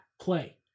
play